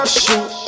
shoot